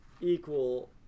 Equal